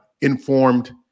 informed